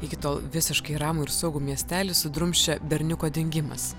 iki tol visiškai ramų ir saugų miestelį sudrumsčia berniuko dingimas